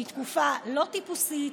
שהיא תקופה לא טיפוסית,